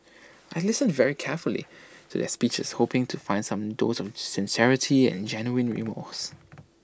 I listened very carefully to their speeches hoping to find some dose of sincerity and genuine remorse